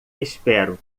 espero